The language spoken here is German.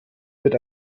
wird